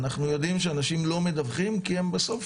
אנחנו יודעים שאנשים לא מדווחים כי הם בסוף